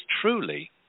truly